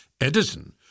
Edison